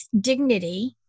dignity